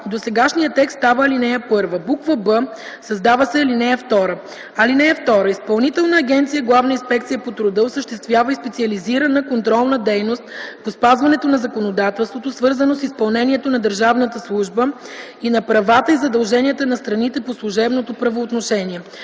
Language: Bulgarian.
досегашният текст става ал. 1. б) създава се ал. 2: “(2) Изпълнителна агенция "Главна инспекция по труда" осъществява и специализирана контролна дейност по спазването на законодателството, свързано с изпълнението на държавната служба и на правата и задълженията на страните по служебното правоотношение.”